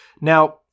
now